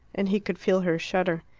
and he could feel her shudder.